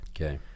Okay